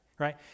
right